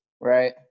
Right